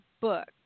book